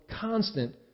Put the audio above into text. constant